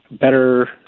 better